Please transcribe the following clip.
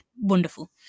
wonderful